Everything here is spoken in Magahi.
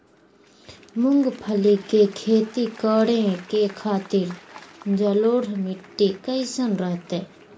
मूंगफली के खेती करें के खातिर जलोढ़ मिट्टी कईसन रहतय?